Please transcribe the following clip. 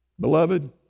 Beloved